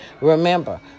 Remember